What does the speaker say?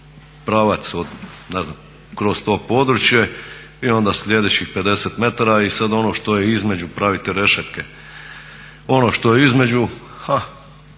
znam kroz to područje i onda sljedećih 50 metara i sad ono što je između pravite rešetke. Ono što je između, ha